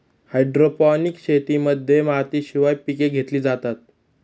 hydroponics शेतीमध्ये मातीशिवाय पिके घेतली जातात